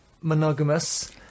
monogamous